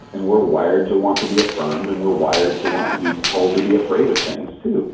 and we're wired to want to be affirmed and we're wired to want to be told to be afraid of things too.